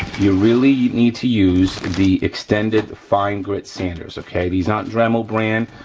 you really need to use the extended fine grit sanders, okay? these aren't dremel brand,